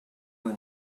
will